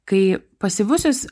kai pasyvusis